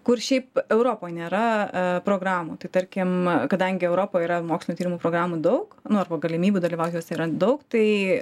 kur šiaip europoj nėra programų tai tarkim kadangi europoj yra mokslinių tyrimų programų daug nu arba galimybių dalyvaut jose yra daug tai